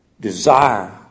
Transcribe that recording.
Desire